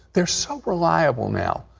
they're so reliable now.